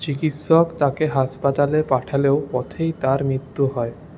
চিকিৎসক তাকে হাসপাতালে পাঠালেও পথেই তার মৃত্যু হয়